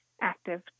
active